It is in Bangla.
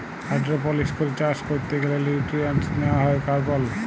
হাইড্রপলিক্স করে চাষ ক্যরতে গ্যালে লিউট্রিয়েন্টস লেওয়া হ্যয় কার্বল